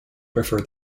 prefer